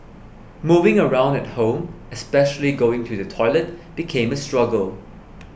moving around at home especially going to the toilet became a struggle